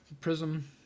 Prism